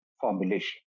formulation